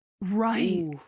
right